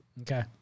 Okay